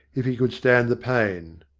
if he could stand the pain.